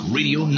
Radio